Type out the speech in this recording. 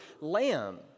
lamb